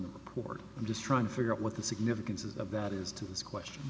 the record i'm just trying to figure out what the significance of that is to this question